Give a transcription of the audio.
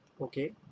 Okay